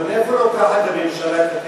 אבל מאיפה לוקחת הממשלה את הכסף?